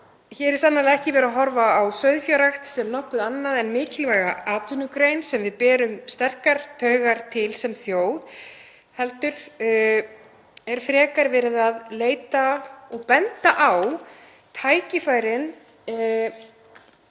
Hér er sannarlega ekki verið að horfa á sauðfjárrækt sem nokkuð annað en mikilvæga atvinnugrein sem við berum sterkar taugar til sem þjóð, heldur er frekar verið að leita og benda á tækifærin